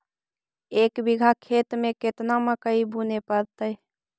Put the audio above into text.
एक बिघा खेत में केतना मकई बुने पड़तै?